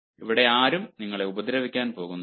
ഇവിടെ ആരും നിങ്ങളെ ഉപദ്രവിക്കാൻ പോകുന്നില്ല